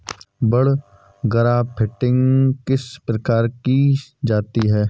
बड grafting किस प्रकार की जाती है?